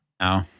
No